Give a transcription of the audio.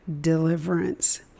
deliverance